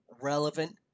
relevant